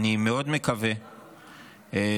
אני מאוד מקווה שכולנו